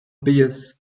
bears